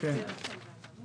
אנחנו לא מדברים על המצב הזה.